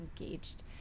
engaged